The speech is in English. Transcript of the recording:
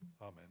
Amen